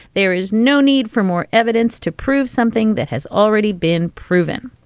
there is no need for more evidence to prove something that has already been proven.